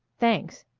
thanks.